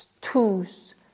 tools